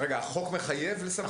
רגע, החוק מחייב בסימון?